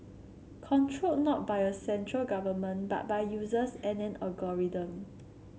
controlled not by a central government but by users and an algorithm